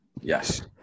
Yes